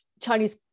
Chinese